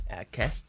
Okay